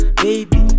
baby